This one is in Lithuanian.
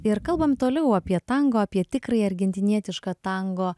ir kalbam toliau apie tango apie tikrąjį argentinietišką tango